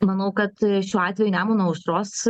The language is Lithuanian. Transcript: manau kad šiuo atveju nemuno aušros